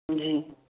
جی